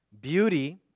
Beauty